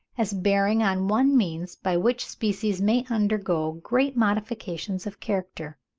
as bearing on one means by which species may undergo great modifications of character.